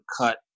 cut